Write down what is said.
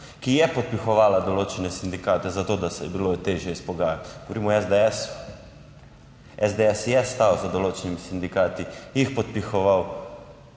ki je podpihovala določene sindikate za to, da se je bilo težje izpogajati, govorim o SDS. SDS je stal za določenimi sindikati, jih podpihoval,